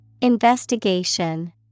Investigation